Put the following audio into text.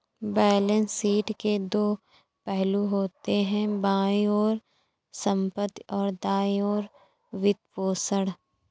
balance sheet के दो पहलू होते हैं, बाईं ओर संपत्ति, और दाईं ओर वित्तपोषण